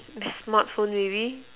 this smartphone maybe